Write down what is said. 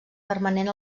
permanent